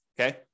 okay